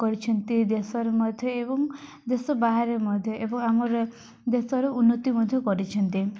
କରିଛନ୍ତି ଦେଶରେ ମଧ୍ୟ ଏବଂ ଦେଶ ବାହାରେ ମଧ୍ୟ ଏବଂ ଆମର ଦେଶର ଉନ୍ନତି ମଧ୍ୟ କରିଛନ୍ତି